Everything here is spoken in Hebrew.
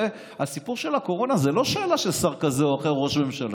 הרי הסיפור של הקורונה הוא לא שאלה של שר כזה או אחר או ראש ממשלה.